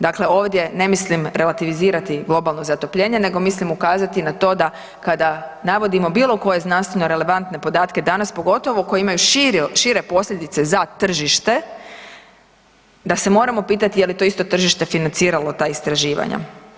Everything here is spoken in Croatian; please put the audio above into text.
Dakle, ovdje ne mislim relativizirati globalno zatopljenje nego mislim ukazati na to da kada navodimo bilo koje znanstveno relevantne podatke danas, pogotovo koje imaju šire posljedice za tržište, da se moramo pitati je li to isto tržište financiralo ta istraživanja.